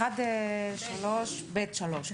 (ב)(3).